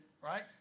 right